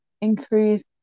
increase